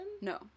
No